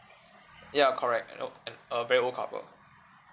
ya correct an old and a very old couple